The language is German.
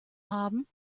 haben